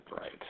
right